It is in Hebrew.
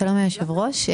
שלום, היושב-ראש.